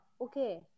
okay